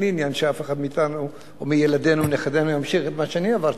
אין לי עניין שאף אחד מאתנו או מילדינו ונכדינו ימשיך את מה שאני עברתי.